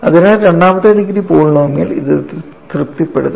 അതിനാൽ രണ്ടാമത്തെ degree polynomial ഇത് തൃപ്തിപ്പെടുത്തും